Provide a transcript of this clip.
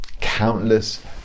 countless